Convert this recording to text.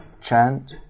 chant